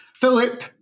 Philip